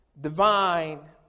divine